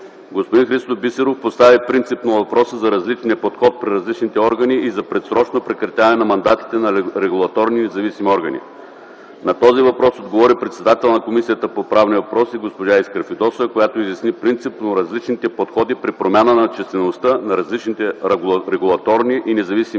Господин Христо Бисеров постави принципно въпроса за различния подход при различните органи и за предсрочно прекратяване на мандатите на регулаторни и независими органи. На този въпрос отговори председателят на Комисията по правни въпроси госпожа Искра Фидосова, която изясни принципно различните подходи при промяна на числеността на различните регулаторни и независими органи,